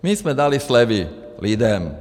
My jsme dali slevy lidem.